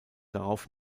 darauf